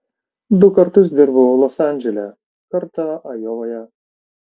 du kartus dirbau los andžele kartą ajovoje